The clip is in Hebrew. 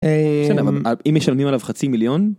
אם משלמים עליו חצי מיליון.